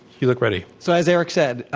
you look ready. so as eric said,